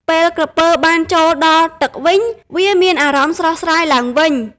ពេលក្រពើបានចូលដល់ទឹកវិញ វាមានអារម្មណ៍ស្រស់ស្រាយឡើងវិញ។